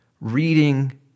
reading